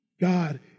God